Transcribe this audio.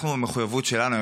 המחויבות שלנו,